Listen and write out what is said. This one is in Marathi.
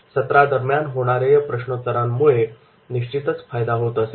सत्रादरम्यान होणाऱ्या या प्रश्नोत्तरांमुळे निश्चितच फायदा होत असे